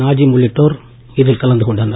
நாஜிம் உள்ளிட்டோர் இதில் கலந்துகொண்டனர்